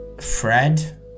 Fred